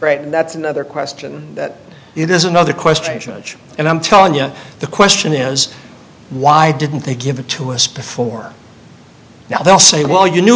right and that's another question that it is another question and i'm telling you the question is why didn't they give it to us before now they'll say well you knew